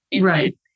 Right